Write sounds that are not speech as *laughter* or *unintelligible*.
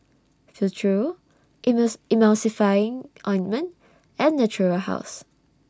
Futuro *unintelligible* Emulsying Ointment and Natura House